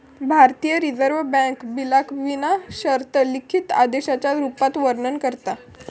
भारतीय reserve bank बिलाक विना शर्त लिखित आदेशाच्या रुपात वर्णन करता